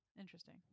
interesting